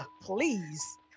please